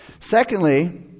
Secondly